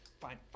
Fine